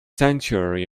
sanctuary